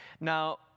Now